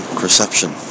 perception